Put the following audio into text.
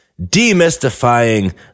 demystifying